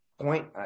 point